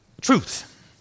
truth